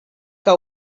que